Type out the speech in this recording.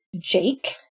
Jake